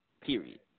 Period